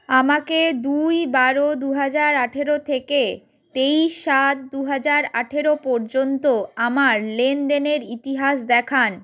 আমাকে দুই বারো দু হাজার আঠেরো থেকে তেইশ সাত দু হাজার আঠেরো পর্যন্ত আমার লেনদেনের ইতিহাস দেখান